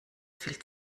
viel